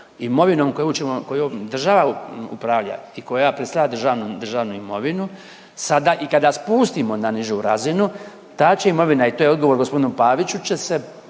Imovinom kojom država upravlja i koja predstavlja državnu imovinu sada i kada spustimo na nižu razinu ta će imovina i to je odgovor g. Paviću će se